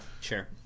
sure